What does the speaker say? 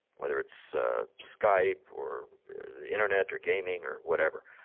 whether it's skype or the internet or gaming or whatever,